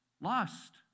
Lust